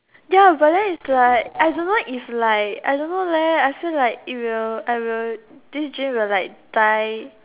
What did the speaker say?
ya but then it's like I don't know if like I don't know I feel like it will I will this dream will like die